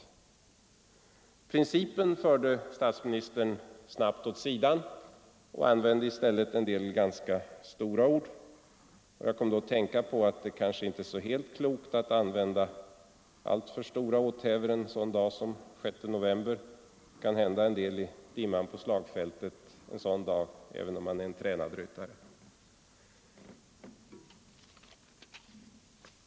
Principen förde statsministern snabbt åt sidan och använde i stället en del ganska stora ord. Jag kom då att tänka på att det kanske inte är så helt klokt att använda alltför stora åthävor en sådan dag som den 6 november. Det kan hända en del i dimman på slagfältet en sådan dag även om man är en tränad ryttare.